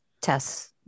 tests